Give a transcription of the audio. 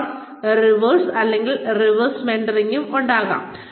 role reversal അല്ലെങ്കിൽ reverse മെന്ററിംഗും ഉണ്ടാകാം